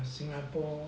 singapore